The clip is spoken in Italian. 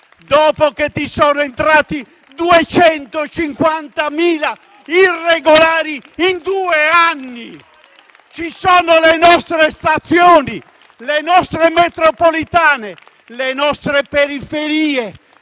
dopo che sono entrati 250.000 irregolari in due anni. Le nostre stazioni, le nostre metropolitane, le nostre periferie